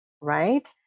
right